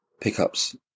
pickups